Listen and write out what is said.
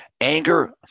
anger